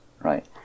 right